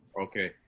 Okay